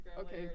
Okay